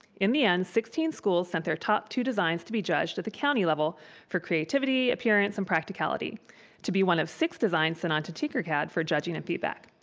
in the end, sixteen schools sent their top two designs to be judged at the county level for creativity, appearance, and practicality to be one of six designs sent on to tinkercad for judging and feedback.